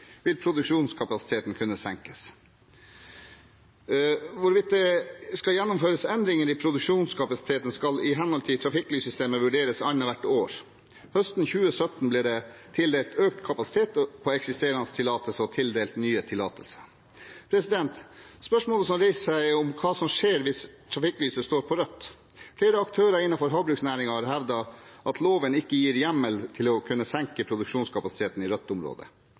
vil produksjonskapasiteten kunne senkes. Hvorvidt det skal gjennomføres endringer i produksjonskapasiteten, skal i henhold til trafikklyssystemet vurderes annethvert år. Høsten 2017 ble det tildelt økt kapasitet på eksisterende tillatelser og tildelt nye tillatelser. Spørsmålet som reiser seg, er hva som skjer hvis trafikklyset står på rødt. Flere aktører innenfor havbruksnæringen har hevdet at loven ikke gir staten hjemmel til å kunne senke produksjonskapasiteten i rødt område,